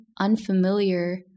unfamiliar